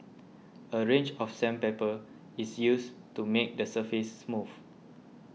a range of sandpaper is used to make the surface smooth